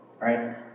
right